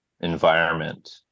environment